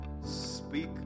speak